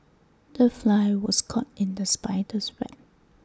the fly was caught in the spider's web